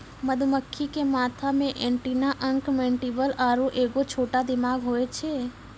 मधुमक्खी के माथा मे एंटीना अंक मैंडीबल आरु एगो छोटा दिमाग होय छै